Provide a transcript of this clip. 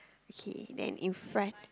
okay then in front